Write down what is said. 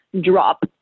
drop